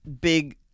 big